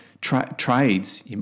trades